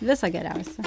viso geriausio